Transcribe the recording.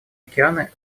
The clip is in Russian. океаны